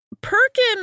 Perkin